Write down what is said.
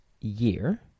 year